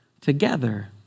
together